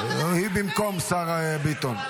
היא במקום השר ביטון.